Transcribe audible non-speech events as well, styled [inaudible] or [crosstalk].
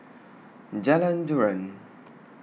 [noise] Jalan Joran